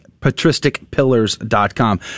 patristicpillars.com